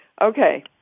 okay